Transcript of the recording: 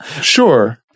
Sure